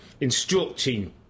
instructing